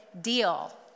deal